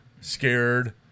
scared